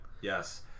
yes